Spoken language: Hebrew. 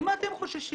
ממה אתם חוששים?